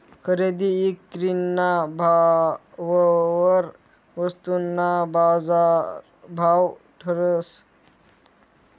खरेदी ईक्रीना भाववर वस्तूना बाजारभाव ठरस